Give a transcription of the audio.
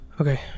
Okay